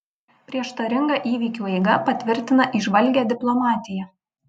prieštaringa įvykių eiga patvirtina įžvalgią diplomatiją